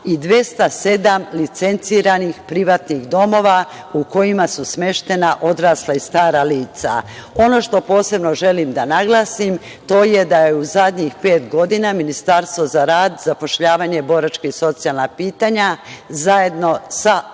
i 207 licenciranih privatnih domova u kojima su smeštena odrasla i stara lica. Ono što posebno želim da naglasim, to je da je u zadnjih pet godina Ministarstvo za rad, zapošljavanje, boračka i socijalna pitanja zajedno sa